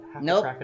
Nope